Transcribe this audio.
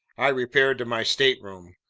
i repaired to my stateroom.